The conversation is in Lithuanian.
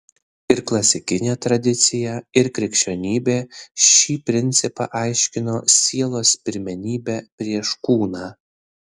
ir klasikinė tradicija ir krikščionybė šį principą aiškino sielos pirmenybe prieš kūną